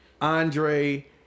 Andre